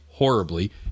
horribly